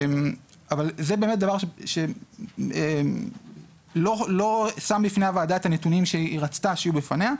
זה באמת דבר שלא שם בפני הוועדה את הנתונים שהיא רצתה שיהיו בפניה.